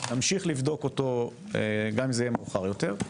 נמשיך לבדוק אותו גם אם זה יהיה מאוחר יותר".